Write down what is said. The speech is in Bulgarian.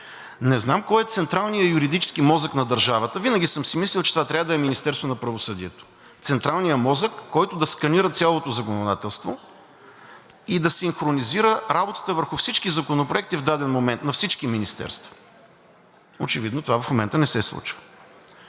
Не знам кой е централният юридически мозък на държавата, винаги съм си мислел, че това трябва да е Министерството на правосъдието, централният мозък, който да сканира цялото законодателство и да синхронизира работата върху всички законопроекти в даден момент на всички министерства. Очевидно това в момента не се случва.